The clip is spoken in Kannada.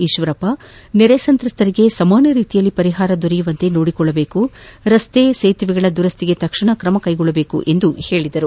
ಈಶ್ವರಪ್ಪ ನೆರೆ ಸಂತ್ರಸ್ತರಿಗೆ ಸಮಾನ ರೀತಿಯಲ್ಲಿ ಪರಿಹಾರ ದೊರೆಯುವಂತೆ ನೋಡಿಕೊಳ್ಳಬೇಕು ರಸ್ತೆ ಸೇತುವೆಗಳ ದುರಸ್ಥಿಗೆ ತಕ್ಷಣ ಕ್ರಮ ಕೈಗೊಳ್ಳಬೇಕು ಎಂದು ಹೇಳಿದರು